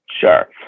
Sure